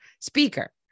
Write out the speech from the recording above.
speaker